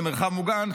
למרחב מוגן,